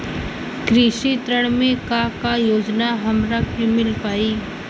कृषि ऋण मे का का योजना हमरा के मिल पाई?